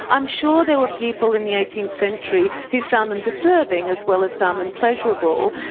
i'm sure there were people in the eighteenth century who found them disturbing as well as found them pleasurable.